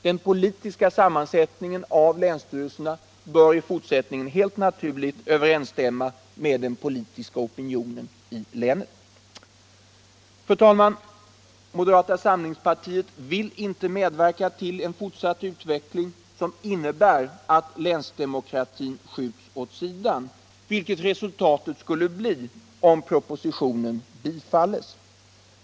Den politiska sammansättningen av länsstyrelserna bör helt enkelt överensstämma med den politiska opinionen i länet. Fru talman! Moderata samlingspartiet vill inte medverka till en fortsatt utveckling som innebär att länsdemokratin skjuts åt sidan, vilket blir resultatet om propositionen bifalles.